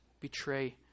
betray